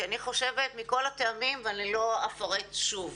כך אני חושבת מכל הטעמים ואני לא אפרט שוב.